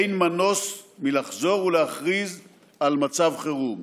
אין מנוס מלחזור ולהכריז על מצב חירום.